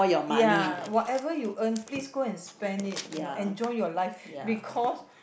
ya whatever you earn please go and spend it you know enjoy your life because